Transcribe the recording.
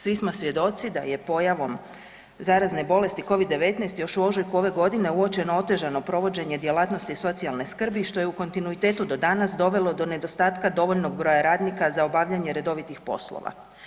Svi smo svjedoci da je pojavom zarazne bolesti Covid-19 još u ožujku ove godine uopćeno otežano provođenje djelatnosti socijalne skrbi, što je u kontinuitetu do danas dovelo do nedostatka dovoljnog broja radnika za obavljanje redovitih poslova.